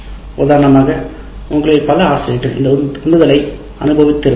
உதாரணமாக உங்களில் பல ஆசிரியர்கள் இந்த உந்துதலை அனுபவித்திருப்பார்கள்